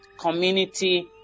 community